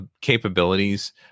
capabilities